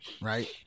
right